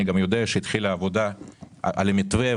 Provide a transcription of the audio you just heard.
אני יודע שהתחילה עבודה על המתווה,